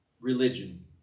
religion